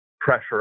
pressure